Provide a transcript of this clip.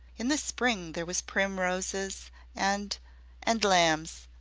in the spring there was primroses and and lambs.